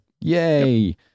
yay